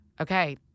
okay